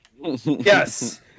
Yes